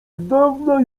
dawna